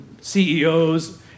CEOs